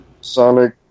Sonic